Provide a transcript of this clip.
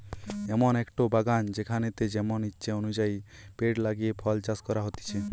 এমন একটো বাগান যেখানেতে যেমন ইচ্ছে অনুযায়ী পেড় লাগিয়ে ফল চাষ করা হতিছে